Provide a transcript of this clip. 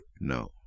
No